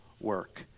work